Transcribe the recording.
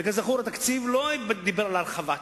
וכזכור התקציב לא דיבר על הרחבה תקציבית.